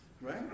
right